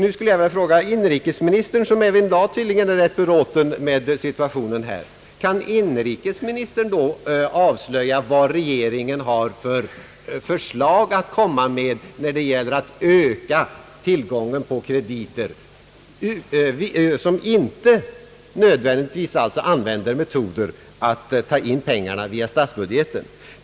Nu skulle jag vilja fråga inrikesministern, som även i dag tydligen är rätt belåten med situationen, om inrikesministern kan avslöja vilka förslag regeringen har att komma med när det gäller att öka tillgången på krediter genom metoder, som inte nödvändigtvis går ut på att pengarna skall tas in via statsbudgeten.